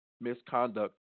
misconduct